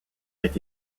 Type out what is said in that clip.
est